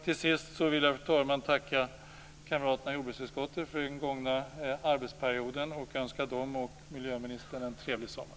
Till sist, fru talman, vill jag tacka kamraterna i jordbruksutskottet för den gångna arbetsperioden och önska dem och miljöministern en trevlig sommar.